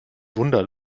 wunder